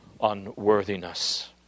unworthiness